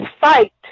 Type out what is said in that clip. fight